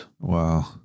Wow